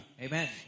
Amen